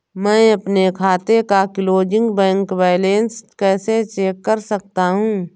मैं अपने खाते का क्लोजिंग बैंक बैलेंस कैसे चेक कर सकता हूँ?